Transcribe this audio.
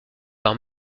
par